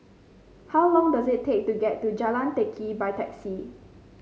how long does it take to get to Jalan Teck Kee by taxi